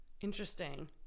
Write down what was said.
Interesting